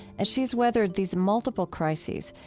as she's weathered these multiple crises,